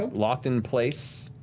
ah locked in place,